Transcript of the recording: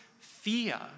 fear